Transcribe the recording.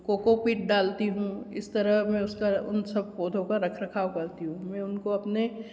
तो कोकोपिट डालती हूँ इस तरह इस तरह मैं उन पौधों का रख रखाव करती हूँ मैं उनको अपने